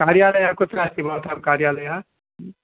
कार्यालयः कुत्रास्ति भवतां कार्यालयः ह्म्